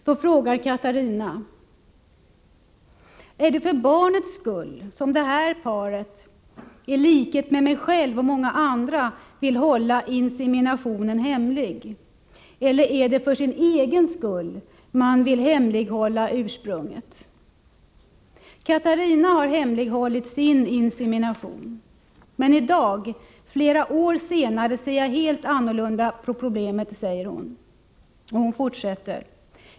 Katarina frågar: Är det för barnets skull som det här paret, i likhet med mig själv och många andra, vill hålla inseminationen hemlig, eller är det för sin egen skull man vill hemlighålla barnets ursprung? Katarina har alltså hemlighållit sin insemination. Men i dag, flera år senare, säger hon att hon ser helt annorlunda på problemet.